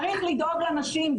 צריך לדאוג לנשים.